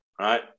right